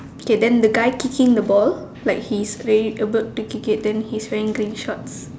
okay then the guy kicking the ball like he's already about to kick it then he's wearing green shorts